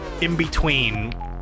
in-between